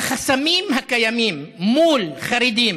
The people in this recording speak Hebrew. החסמים הקיימים מול חרדים